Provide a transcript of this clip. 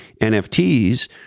NFTs